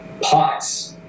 POTS